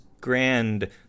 grand